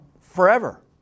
forever